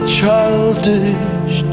childish